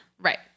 right